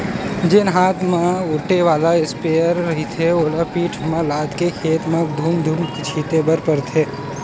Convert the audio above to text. जेन हात म ओटे वाला इस्पेयर रहिथे ओला पीठ म लादके खेत भर धूम धूम के छिते बर परथे